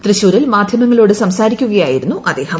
തൃശ്ശൂരിൽ മാധ്യമങ്ങളോട് സംസാരിക്കുകയായിരുന്നു അദ്ദേഹം